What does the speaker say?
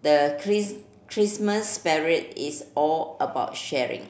the Christmas spirit is all about sharing